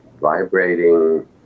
vibrating